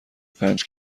پنج